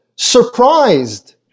surprised